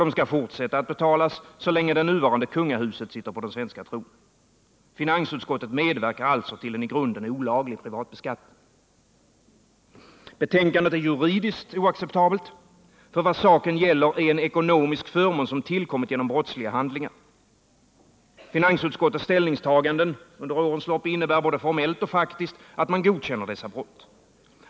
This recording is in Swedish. De skall fortsätta att betalas så länge det nuvarande kungahuset sitter på den svenska tronen. Finansutskottet medverkar alltså till en i grunden olaglig privatbeskattning. Betänkandet är juridiskt oacceptabelt. Vad saken gäller är en ekonomisk förmån som tillkommit genom brottsliga handlingar. Finansutskottets ställningstaganden under årens lopp innebär både formellt och faktiskt att man godkänner dessa brott.